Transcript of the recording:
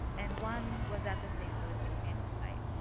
and one was at the st. louis expansion site.